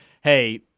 hey